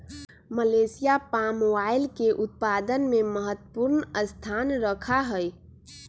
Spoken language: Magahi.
मलेशिया पाम ऑयल के उत्पादन में महत्वपूर्ण स्थान रखा हई